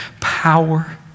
power